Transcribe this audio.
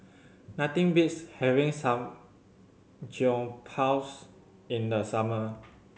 nothing beats having Samgyeopsal in the summer